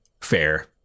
Fair